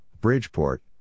Bridgeport